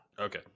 Okay